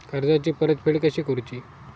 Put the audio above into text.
कर्जाची परतफेड कशी करूची?